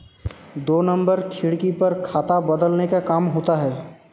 दो नंबर खिड़की पर खाता बदलने का काम होता है